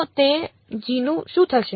તો તે gનું શું થશે